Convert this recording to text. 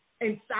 Inside